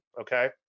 okay